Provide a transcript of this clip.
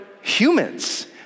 humans